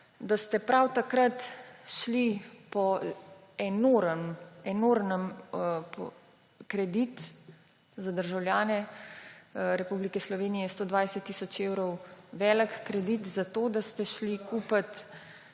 da ste prav takrat šli po enormen kredit za državljane Republike Slovenije, 120 tisoč evrov velik kredit za to, da ste šli kupit